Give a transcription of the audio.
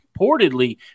reportedly